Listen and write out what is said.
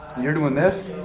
you're doing this.